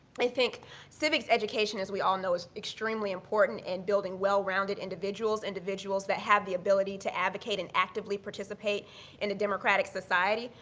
i think civics education, as we all know, is extremely important in building well-rounded individuals, individuals that have the ability to advocate and actively participate in the democratic society,